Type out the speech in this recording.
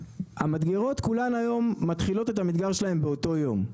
המדגרות כולן היום מתחילות את המדגר שלהן באותו יום,